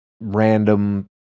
random